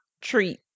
treat